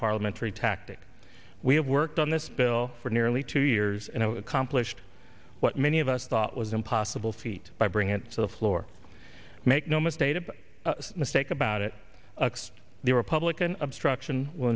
parliamentary tactic we have worked on this bill for nearly two years and a compilation of what many of us thought was impossible feat by bringing it to the floor make no mistake a mistake about it the republican obstruction will